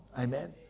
Amen